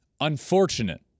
unfortunate